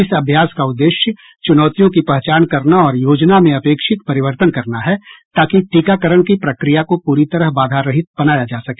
इस अभ्यास का उद्देश्य चुनौतियों की पहचान करना और योजना में अपेक्षित परिवर्तन करना है ताकि टीकाकरण की प्रक्रिया को पूरी तरह बाधारहित बनाया जा सके